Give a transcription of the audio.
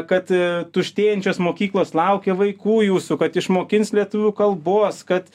kad tuštėjančios mokyklos laukia vaikų jūsų kad išmokins lietuvių kalbos kad